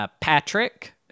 Patrick